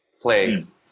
place